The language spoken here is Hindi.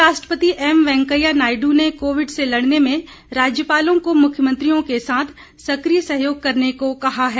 उपराष्ट्रपति एम वेंकैया नायड् ने कोविड से लड़ने में राज्यपालों को मुख्यमंत्रियों के साथ सक्रिय सहयोग करने को कहा है